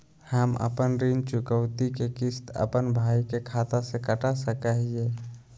हम अपन ऋण चुकौती के किस्त, अपन भाई के खाता से कटा सकई हियई?